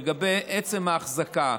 לגבי עצם ההחזקה.